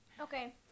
Okay